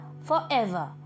forever